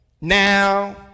Now